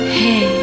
hey